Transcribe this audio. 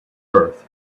earth